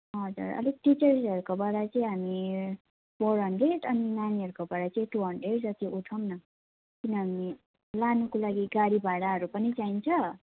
हजुर अलिक टिचर्सहरूकोबाट चाहिँ हामी फोर हान्ड्रेड अनि नानीहरूकोबाट चाहिँ टु हान्ड्रेड उठाउँ न किनभने लानुको लागि गाडी भाडाहरू पनि चाहिन्छ